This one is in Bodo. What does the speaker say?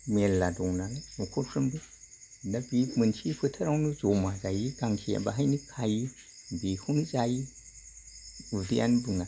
मेरला दं ना नखरफ्रोमबो दा बे मोनसे फोथारावनो जमा बेहायनो खाहैयो बेखौनो जायो उदैयानो बुङा